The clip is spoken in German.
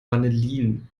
vanillin